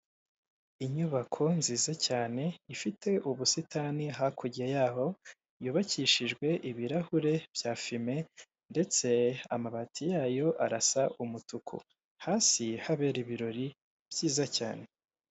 Inyubako nziza cyane ifite ubusitani hakurya yaho yubakishijwe ibirahure bya fime ndetse amabati yayo arasa umutuku hasi habera ibirori byiza cyane.